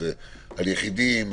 האם על יחידים,